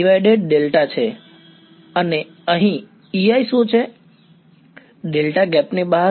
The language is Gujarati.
હા તે VAδ છે અને અહીં Ei શું છે ડેલ્ટા ગેપની બહાર